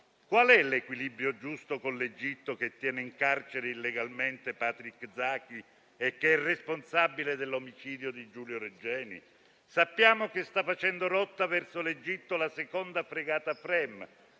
quale sia l'equilibrio giusto con l'Egitto che tiene in carcere illegalmente Patrick Zaki e che è responsabile dell'omicidio di Giulio Regeni. Sappiamo che sta facendo rotta verso l'Egitto la seconda fregata Fremm,